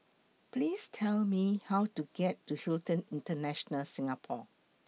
Please Tell Me How to get to Hilton International Singapore